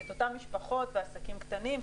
את אותן משפחות ועסקים קטנים,